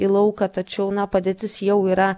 į lauką tačiau na padėtis jau yra